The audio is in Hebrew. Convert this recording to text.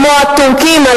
כמו הטורקים,